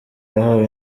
yahawe